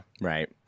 Right